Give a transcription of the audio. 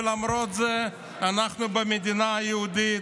למרות זאת אנחנו במדינה יהודית,